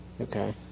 Okay